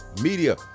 Media